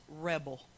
rebel